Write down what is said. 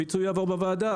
הפיצוי יעבור בוועדה.